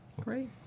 Great